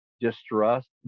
distrust